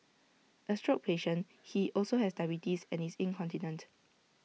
A stroke patient he also has diabetes and is incontinent